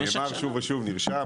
זה נאמר שוב ושוב, זה נרשם.